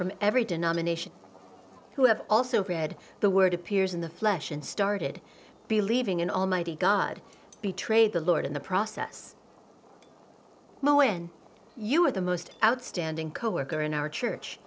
from every denomination who have also read the word appears in the flesh and started believing in almighty god betrayed the lord in the process you are the most outstanding co worker in our church